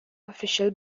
official